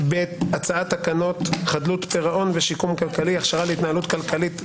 הצעת תקנות חדלות פירעון ושיקום כלכלי (הכשרה להתנהלות כלכלית נכונה).